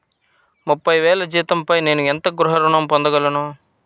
ముప్పై వేల జీతంపై నేను ఎంత గృహ ఋణం పొందగలను?